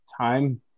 time